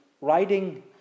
riding